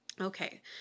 Okay